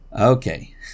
Okay